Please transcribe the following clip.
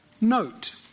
note